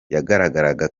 yagaragaraga